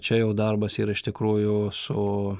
čia jau darbas yra iš tikrųjų su